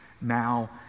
now